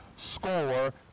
Score